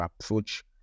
approach